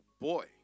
boy